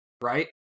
right